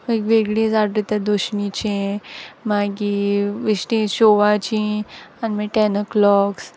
वेग वेगळीं झाड रोयताय दोशणीचें मागीर बिश्टीं शॉआचीं आनी मागीर टेन अ क्लोक्स